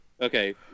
Okay